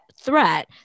threat